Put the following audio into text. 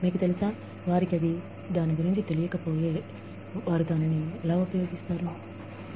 మీకు తెలుసా వారికి అది దాని గురుంచి తేలికపోతే వారు దానిని ఎలా ఉపయోగిస్తారు